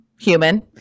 human –